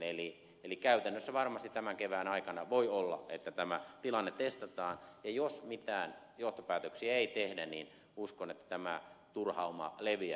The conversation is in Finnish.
eli käytännössä varmasti tämän kevään aikana voi olla että tämä tilanne testataan ja jos mitään johtopäätöksiä ei tehdä niin uskon että tämä turhauma leviää